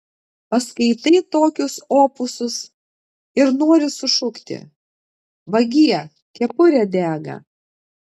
paskaitai tokius opusus ir nori sušukti vagie kepurė dega